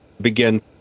begin